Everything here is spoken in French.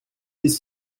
des